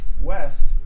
west